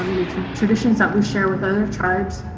traditions that we share with other tribes.